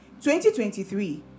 2023